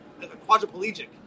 quadriplegic